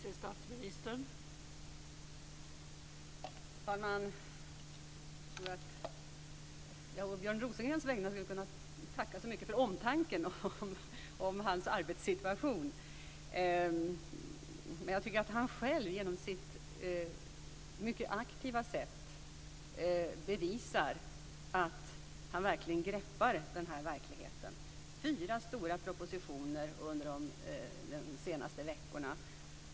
Fru talman! Jag tror att jag å Björn Rosengrens vägnar skulle kunna tacka så mycket för omtanken om hans arbetssituation. Men jag tycker att han själv, genom sitt mycket aktiva sätt, bevisar att han verkligen greppar den här verkligheten. Det har kommit fyra stora propositioner under de senaste veckorna.